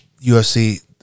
UFC